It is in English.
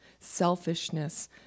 selfishness